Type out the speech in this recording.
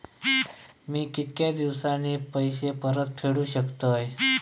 मी कीतक्या दिवसांनी पैसे परत फेडुक शकतय?